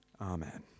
Amen